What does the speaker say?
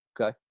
Okay